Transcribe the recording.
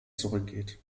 zurückgeht